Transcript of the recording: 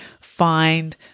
find